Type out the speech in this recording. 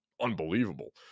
unbelievable